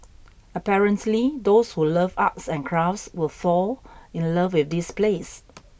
apparently those who love arts and crafts will fall in love with this place